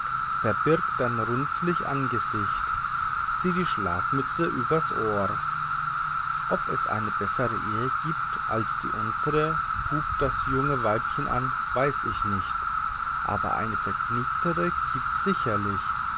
verbirg dein runzlich angesicht zieh die schlafmütze übers ohr ob es eine bessre ehe gibt als die unsre hub das junge weibchen an weiß ich nicht aber eine vergnügtere gibt's sicherlich